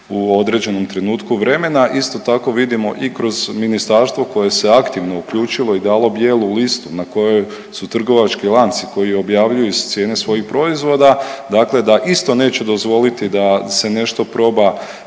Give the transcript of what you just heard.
u određenom trenutku vremena. Isto tako, vidimo i kroz ministarstvo koje se aktivno uključilo i dalo bijelu listu na kojoj su trgovački lanci koji objavljuju cijene svojih proizvoda, dakle da isto neće dozvoliti da se nešto proba